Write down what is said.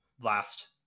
last